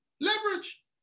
leverage